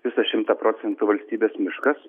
visą šimtą procentų valstybės miškas